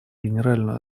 генеральную